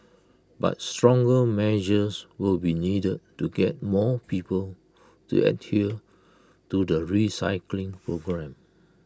but stronger measures will be needed to get more people to adhere to the recycling program